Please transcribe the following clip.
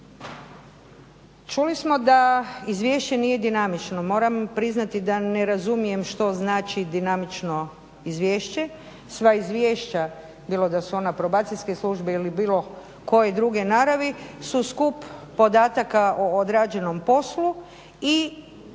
Čuli smo da izvješće nije dinamično. Moram priznati da ne razumijem što znači dinamično izvješće. Sva izvješća bilo da su ona Probacijske službe ili bilo koje druge naravi su skup podataka o odrađenom poslu i skup